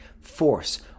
force